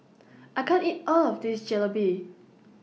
I can't eat All of This Jalebi